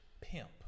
pimp